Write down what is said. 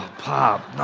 pop, no,